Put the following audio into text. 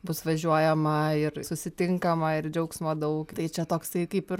bus važiuojama ir susitinkama ir džiaugsmo daug tai čia toksai kaip ir